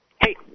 Hey